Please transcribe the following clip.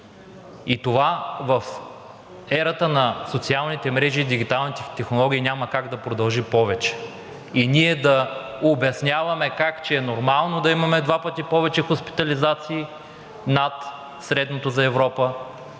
Това в ерата на социалните мрежи и дигиталните технологии няма как да продължи повече и ние да обясняваме, че е нормално да имаме два пъти повече хоспитализации над средното за Европа,